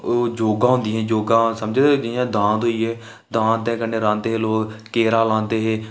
ओह् जोगां होंदियां जोगां समझदे जि'यां दांद होई गे दांद दे कन्नै रांह्दे हे लोक केरा लांदे हे